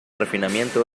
refinamiento